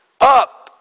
up